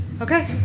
Okay